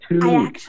two